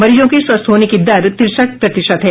मरीजों के स्वस्थ होने की दर तिरसठ प्रतिशत है